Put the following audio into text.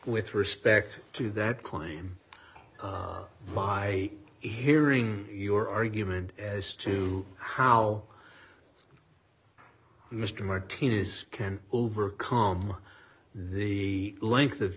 with respect to that claim by hearing your argument as to how mr martinez can overcome the length of